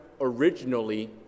originally